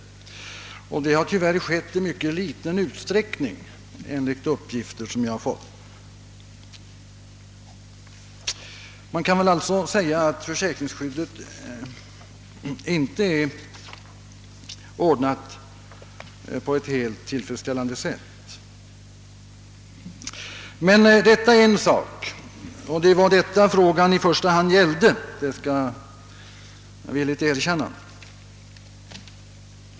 Enligt de uppgifter jag fått har möjligheten till försäkran utnyttjats i liten utsträckning, och därför kan det sägas att försäkringsskyddet nu inte är ordnat på ett helt tillfredsställande sätt. Detta är nu en sak — och jag skall villigt erkänna att det var detta min fråga i första hand gällde.